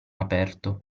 aperto